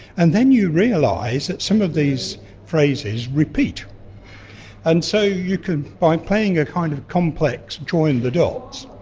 and then you realize that some of these phrases repeat and so you can, by playing a kind of complex join the dots,